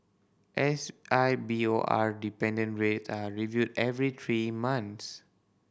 S I B O R dependent rates are reviewed every three months